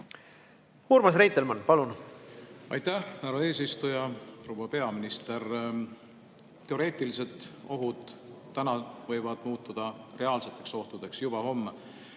Urmas Reitelmann, palun! Aitäh, härra eesistuja! Proua peaminister! Teoreetilised ohud täna võivad muutuda reaalseteks ohtudeks juba homme.